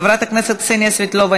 חברת הכנסת קסניה סבטלובה,